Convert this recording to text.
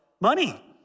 money